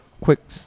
quick